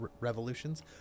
revolutions